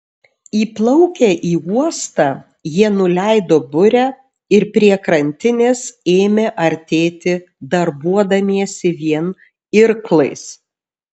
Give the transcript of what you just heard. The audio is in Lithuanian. įplaukę į uostą jie nuleido burę ir prie krantinės ėmė artėti darbuodamiesi vien irklais